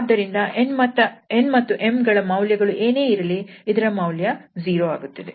ಆದ್ದರಿಂದ 𝑛 ಮತ್ತು 𝑚 ಗಳ ಮೌಲ್ಯಗಳು ಏನೇ ಇರಲಿ ಇದರ ಮೌಲ್ಯ 0 ಆಗುತ್ತದೆ